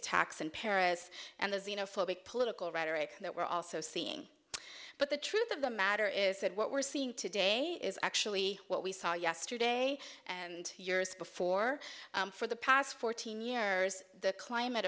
attacks and para's and those you know phobic political rhetoric that we're also seeing but the truth of the matter is that what we're seeing today is actually what we saw yesterday and two years before for the past fourteen years the climate